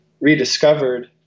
rediscovered